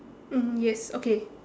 mmhmm yes okay